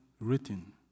written